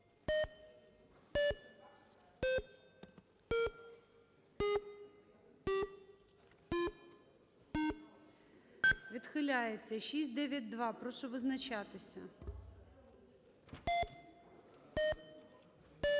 Відхиляється. 691. Прошу визначатися. Ми